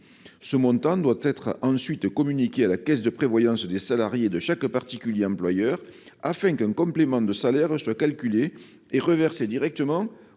Ce montant doit être ensuite communiqué à la caisse de prévoyance des salariés de chaque particulier employeur, afin qu’un complément de salaire soit calculé et reversé directement au